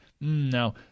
No